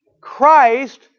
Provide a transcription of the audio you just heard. Christ